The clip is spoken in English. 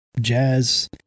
jazz